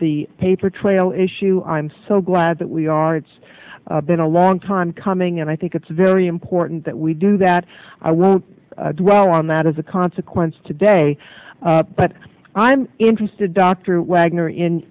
the paper trail issue i'm so glad that we are it's been a long time coming and i think it's very important that we do that i won't dwell on that as a consequence today but i'm interested dr wagner in